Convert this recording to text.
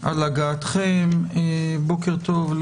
בוקר טוב,